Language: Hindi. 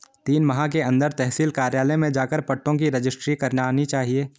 तीन माह के अंदर तहसील कार्यालय में जाकर पट्टों की रजिस्ट्री करानी चाहिए